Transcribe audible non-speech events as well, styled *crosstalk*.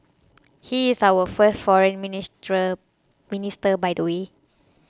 he is our first Foreign *unintelligible* Minister by the way